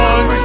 One